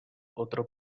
otro